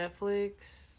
netflix